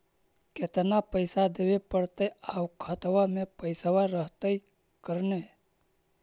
केतना पैसा देबे पड़तै आउ खातबा में पैसबा रहतै करने?